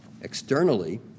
externally